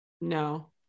No